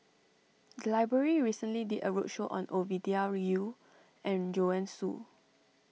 the library recently did a roadshow on Ovidia Yu and Joanne Soo